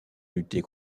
lutter